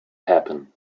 happen